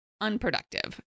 unproductive